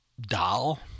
doll